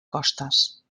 costes